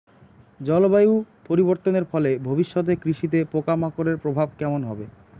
জলবায়ু পরিবর্তনের ফলে ভবিষ্যতে কৃষিতে পোকামাকড়ের প্রভাব কেমন হবে?